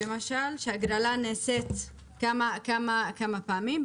שההגרלה נעשית כמה פעמים,